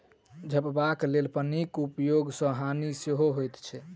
झपबाक लेल पन्नीक उपयोग सॅ हानि सेहो होइत अछि